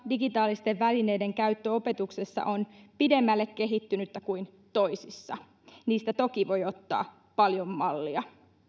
digitaalisten välineiden käyttö opetuksessa on pidemmälle kehittynyttä kuin toisissa niistä toki voidaan ottaa paljon mallia